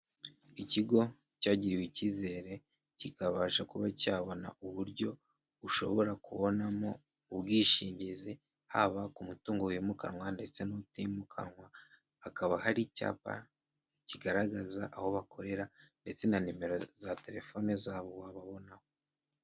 Ikigo cyagiriwe icyizere kikabasha kuba cyabona uburyo ushobora kubonamo ubwishingizi haba ku mutungo wimukanwa ndetse n'utimukanwa, hakaba hari icyapa kigaragaza aho bakorera ndetse na nimero za telefone zabo wababonaho.